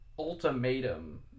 ultimatum